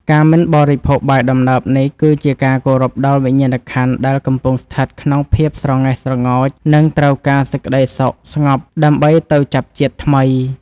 ការមិនបរិភោគបាយដំណើបនេះ គឺជាការគោរពដល់វិញ្ញាណក្ខន្ធដែលកំពុងស្ថិតក្នុងភាពស្រងេះស្រងោច និងត្រូវការសេចក្តីសុខស្ងប់ដើម្បីទៅចាប់ជាតិថ្មី។